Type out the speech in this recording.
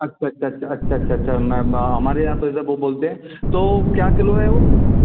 अच्छा अच्छा अच्छा अच्छा अच्छा अच्छा मैं हमारे यहाँ तो इसे वह बोलते हैं तो क्या किलो है वह